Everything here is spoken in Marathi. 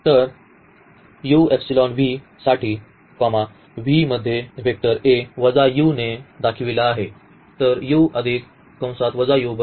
For each a vector in denoted by s